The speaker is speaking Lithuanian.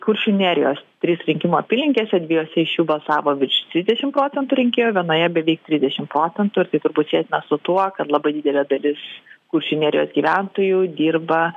kuršių nerijos trys rinkimų apylinkėse dviejose iš jų balsavo virš dvidešim procentų rinkėjų vienoje beveik trisdešim procentų ir tai turbūt čia sietina su tuo kad labai didelė dalis kuršių nerijos gyventojų dirba